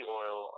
oil